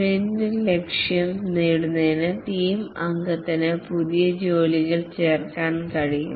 sprint ലക്ഷ്യം നേടുന്നതിന് team അംഗത്തിന് പുതിയ ജോലികൾ ചേർക്കാൻ കഴിയും